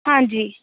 ਹਾਂਜੀ